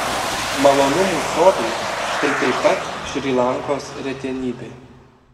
malonumų sodai tai taip pat šri lankos retenybė